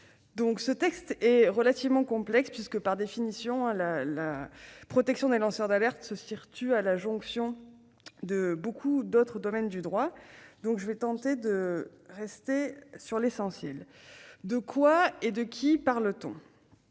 Ce texte est assez complexe puisque, par définition, la protection des lanceurs d'alerte se situe à la jonction de beaucoup d'autres domaines du droit. Je tenterai de m'en tenir à l'essentiel. De quoi et de qui parle-t-on ?